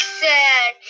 sad